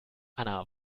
anna